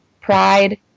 pride